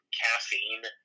caffeine